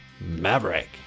Maverick